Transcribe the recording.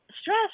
Stress